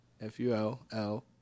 F-U-L-L